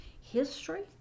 history